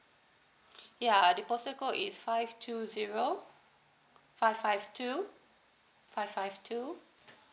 ya the postal code is five two zero five five two five five two